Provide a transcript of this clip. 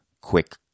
quick